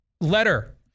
Letter